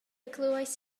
glywais